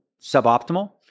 suboptimal